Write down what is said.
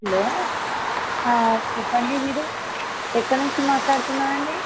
hello ఆ చెప్పండి మీరు ఎక్కడి నుంచి మాట్లాడుతున్నారు అండి